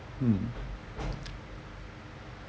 hmm